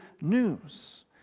news